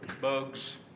bugs